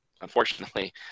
unfortunately